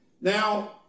Now